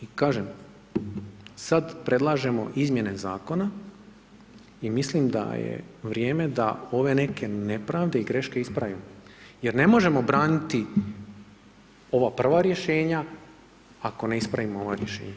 I kažem, sad predlažemo izmjene zakona i mislim da je vrijeme da ove neke nepravde i greške ispravimo jer ne možemo braniti obraniti ova prva rješenja, ako ne ispravimo ova rješenja.